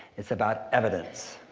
it's about evidence.